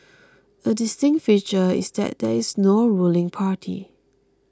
a distinct feature is that there is no ruling party